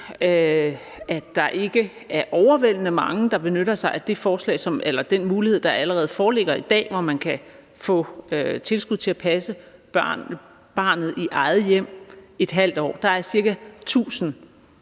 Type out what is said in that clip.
at der ikke er overvældende mange, der benytter sig af den mulighed, der allerede foreligger i dag, hvor man kan få tilskud til at passe barnet i eget hjem i ½ år. Der er ca. 1.000